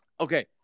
okay